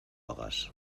hagas